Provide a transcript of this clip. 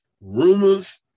rumors